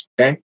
Okay